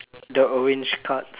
the orange cards